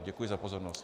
Děkuji za pozornost.